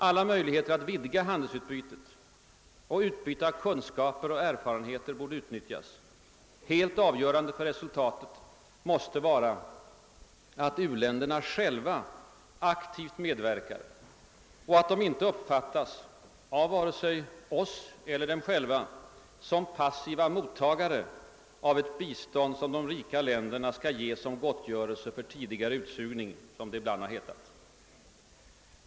Alla möjligheter att vidga handelsutbytet och utbytet av kunskaper och erfarenheter borde utnyttjas. Helt avgörande för resultatet måste vara att u-länderna själva aktivt medverkar och att de inte uppfattas — vare sig av oss eller av sig själva — som passiva mottagare av ett bistånd från de rika länderna, som dessa ger för att gottgöra tidigare utsugning — som det ibland har hetat.